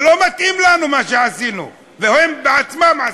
לא מתאים לנו מה שעשינו, הם בעצמם עשו,